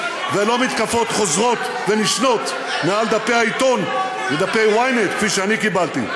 ולא מתקפות חוזרות ונשנות מעל דפי העיתון ודפי ynet כפי שאני קיבלתי.